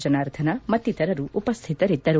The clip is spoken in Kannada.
ಜನಾರ್ದನ ಮತ್ತಿತರರು ಉಪಸ್ತಿತರಿದ್ದರು